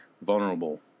vulnerable